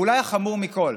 ואולי החמור מכול,